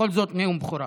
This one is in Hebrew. בכל זאת, נאום בכורה.